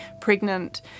pregnant